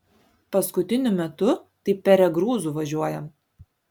paskutiniu metu tai peregrūzu važiuojam